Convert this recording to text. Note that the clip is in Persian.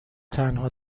تنها